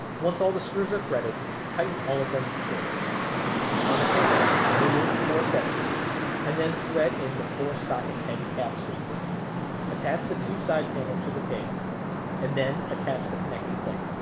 once all the screws are threaded tighten all of them securely on the table remove the four set screws and then thread in the four socket head cap screws attach the two side panels to the table and then attach the connecting plate